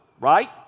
right